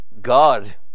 God